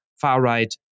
far-right